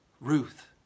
Ruth